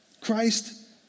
Christ